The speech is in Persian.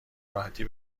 راحتی